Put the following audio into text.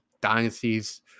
Dynasties